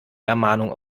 ermahnung